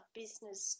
business